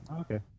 Okay